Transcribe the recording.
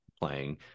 playing